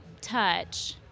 touch